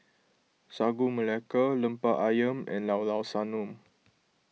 Sagu Melaka Lemper Ayam and Llao Llao Sanum